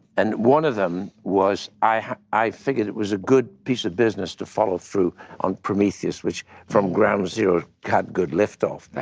and one of them was i figured it was a good piece of business to follow through on prometheus, which, from ground zero, had good liftoff.